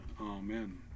Amen